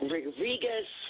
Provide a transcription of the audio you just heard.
Rodriguez